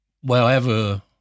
wherever